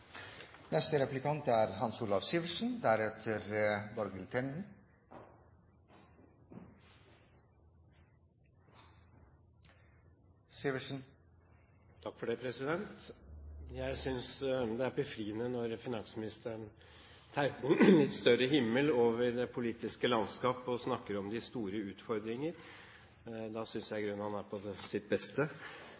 Jeg synes det er befriende når finansministeren tegner en litt større himmel over det politiske landskap, og snakker om de store utfordringer. Da synes jeg